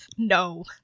No